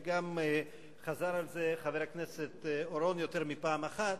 וגם חזר על זה חבר הכנסת אורון יותר מפעם אחת.